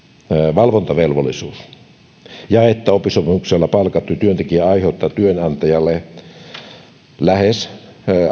valvontavelvollisuus ja että oppisopimuksella palkattu työntekijä aiheuttaa työnantajalle lähes